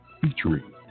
Featuring